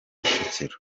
kicukiro